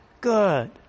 good